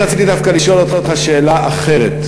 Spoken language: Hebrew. אני רציתי דווקא לשאול אותך שאלה אחרת.